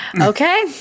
Okay